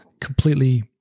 completely